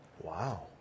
Wow